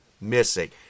Missing